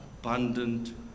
abundant